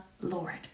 Lord